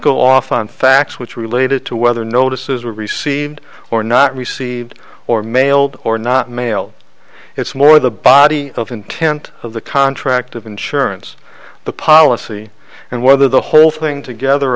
go off on facts which related to whether notices were received or not received or mailed or not mail it's more the body of intent of the contract of insurance the policy and whether the whole thing together